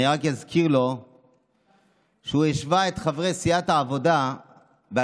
רק אזכיר לו שב-2015 הוא השווה את חברי סיעת העבודה לחמאסניקים,